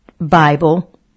Bible